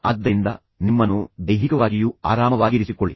ಆದ್ದರಿಂದ ನಿಮ್ಮನ್ನು ದೈಹಿಕವಾಗಿಯೂ ಆರಾಮವಾಗಿರಿಸಿಕೊಳ್ಳಿ